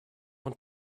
want